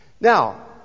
Now